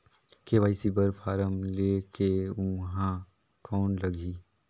KYC बर form ले के ऊहां कौन लगही?